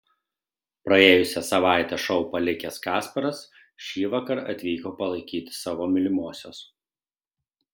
praėjusią savaitę šou palikęs kasparas šįvakar atvyko palaikyti savo mylimosios